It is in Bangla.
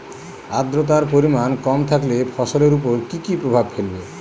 আদ্রর্তার পরিমান কম থাকলে ফসলের উপর কি কি প্রভাব ফেলবে?